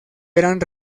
eran